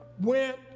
went